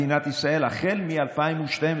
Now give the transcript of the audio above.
מדינת ישראל החל מ-2012.